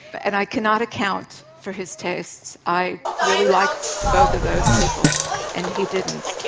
but and i cannot account for his tastes, i really like both of those people and he didn't.